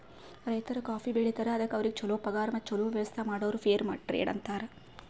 ರೈತರು ಕಾಫಿ ಬೆಳಿತಾರ್ ಅದುಕ್ ಅವ್ರಿಗ ಛಲೋ ಪಗಾರ್ ಮತ್ತ ಛಲೋ ವ್ಯವಸ್ಥ ಮಾಡುರ್ ಫೇರ್ ಟ್ರೇಡ್ ಅಂತಾರ್